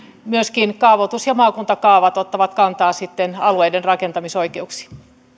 myöskin kaavoitus ja maakuntakaavat ottavat kantaa sitten alueiden rakentamisoikeuksiin